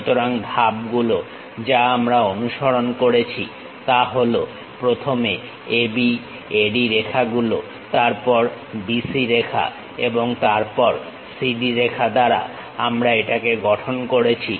সুতরাং ধাপগুলো যা আমরা অনুসরণ করেছি তা হল প্রথমে AB AD রেখাগুলো তারপর BC রেখা এবং তারপর CD রেখা দ্বারা আমরা এটাকে গঠন করেছি